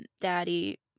daddy